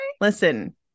Listen